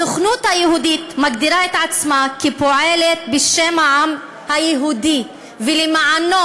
הסוכנות היהודית מגדירה את עצמה כפועלת בשם העם היהודי ולמענו.